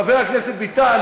חבר הכנסת ביטן,